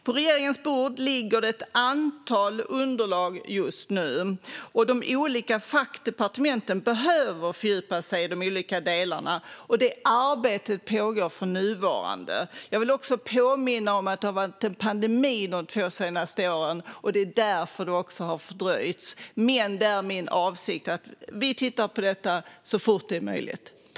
På regeringens bord ligger det just nu ett antal underlag. De olika fackdepartementen behöver fördjupa sig i de olika delarna, och detta arbete pågår för närvarande. Låt mig också påminna om att det har varit en pandemi de två senaste åren, vilket har fördröjt processen. Min avsikt är dock att titta på detta så fort det är möjligt.